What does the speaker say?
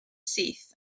syth